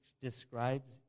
describes